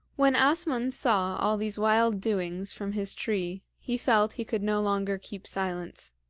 when asmund saw all these wild doings from his tree he felt he could no longer keep silence.